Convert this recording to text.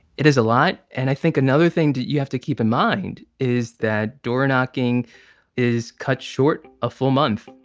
it is a lot. and i think another thing that you have to keep in mind is that doorknocking is cut short a full month